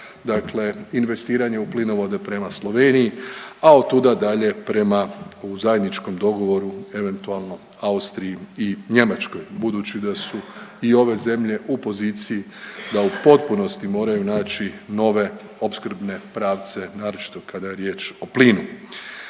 Dakle, investiranje u plinovode prema Sloveniji a od tuda dalje prema u zajedničkom dogovoru eventualno Austriji i Njemačkoj budući da su i ove zemlje u poziciji da u potpunosti moraju naći nove opskrbne pravce, naročito kada je riječ o plinu.